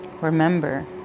Remember